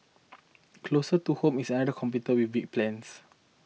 closer to home is another competitor with big plans